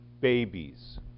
babies